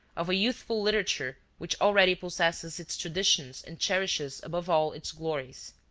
of a youthful literature which already possesses its traditions and cherishes above all its glories.